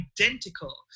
identical